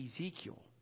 ezekiel